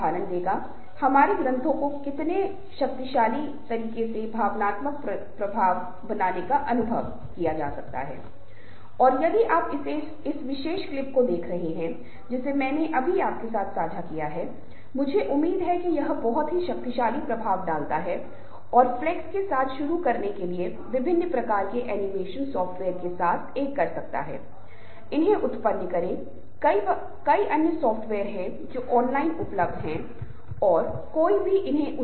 अब यह चरण जहां हर कोई जिम्मेदार महसूस करता है 'ओह मुझे यह विशेष कार्य सौंपा गया है अब मैं या मेरे सहयोगी एक साथ काम करेंगे और कुछ ऐसा करने की कोशिश करेंगे जो समूह के लिए एक बार चरण पूरा होने के बाद बहुत महत्वपूर्ण हो' पदानुक्रम के बारे में नेतृत्व की एक स्पष्ट तस्वीर सामने आएगी की कौन क्या कर रहा है